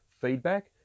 feedback